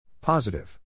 Positive